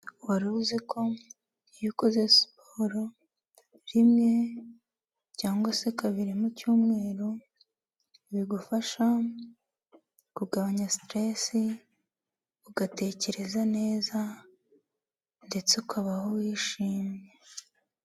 Wari uzi ko iyo ukoze siporo rimwe cyangwa se kabiri mu cyumweru bigufasha kugabanya siteresi ugatekereza neza ndetse ukabaho wishimye.